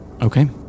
Okay